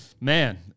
man